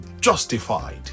justified